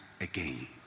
again